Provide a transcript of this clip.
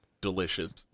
delicious